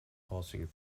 passing